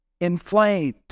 inflamed